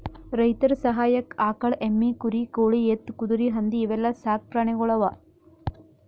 ರೈತರ್ ಸಹಾಯಕ್ಕ್ ಆಕಳ್, ಎಮ್ಮಿ, ಕುರಿ, ಕೋಳಿ, ಎತ್ತ್, ಕುದರಿ, ಹಂದಿ ಇವೆಲ್ಲಾ ಸಾಕ್ ಪ್ರಾಣಿಗೊಳ್ ಅವಾ